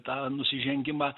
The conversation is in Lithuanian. tą nusižengimą